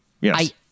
Yes